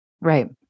right